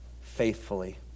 faithfully